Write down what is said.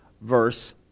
verse